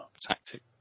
tactic